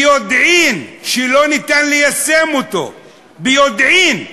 ביודעין, שאין אפשרות ליישם אותו, ביודעין.